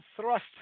thrust